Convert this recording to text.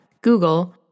Google